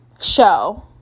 show